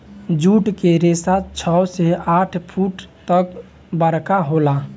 जुट के रेसा छव से आठ फुट तक बरका होला